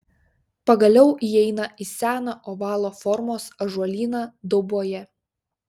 pagaliau įeina į seną ovalo formos ąžuolyną dauboje